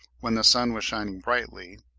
when the sun was shining brightly,